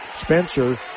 Spencer